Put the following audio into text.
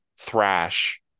thrash